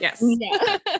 yes